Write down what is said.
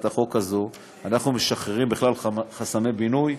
החוק הזו אנחנו משחררים בכלל חסמי בינוי.